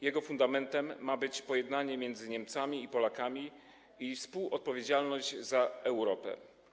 Jego fundamentem ma być pojednanie między Niemcami i Polakami i współodpowiedzialność za Europę.